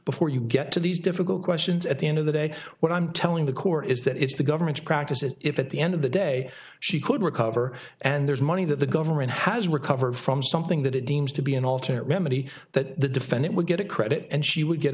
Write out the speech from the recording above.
before you get to these difficult questions at the end of the day what i'm telling the court is that it's the government's practice that if at the end of the day she could recover and there's money that the government has recovered from something that it deems to be an alternate remedy that defendant would get credit and she would get